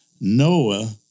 Noah